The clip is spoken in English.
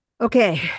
Okay